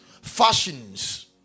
fashions